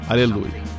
Aleluia